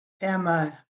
Emma